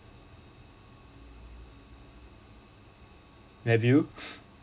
have you